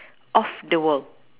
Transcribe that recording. of the world